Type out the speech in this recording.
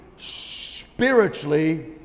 Spiritually